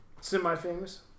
Semi-famous